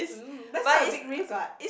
mm that's quite a big risk what